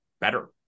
better